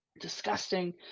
disgusting